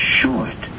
short